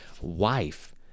wife